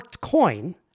coin